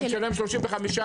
אני משלם 35%,